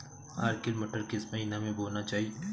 Arkel मटर किस महीना में बोना चाहिए?